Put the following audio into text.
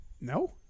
no